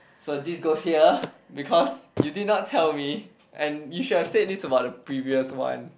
so this goes here because you did not tell me and you should have said this about the previous one